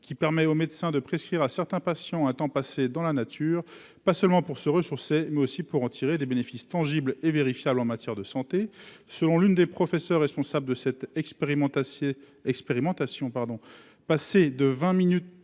qui permet aux médecins de prescrire à certains patients un temps passé dans la nature, pas seulement pour se ressourcer, mais aussi pour en tirer des bénéfices tangibles et vérifiables en matière de santé selon l'une des professeurs responsables de cette expérimentation expérimentation